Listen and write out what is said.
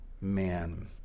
man